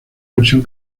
versión